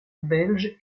belge